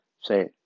Say